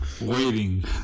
waiting